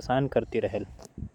रखत हावयं।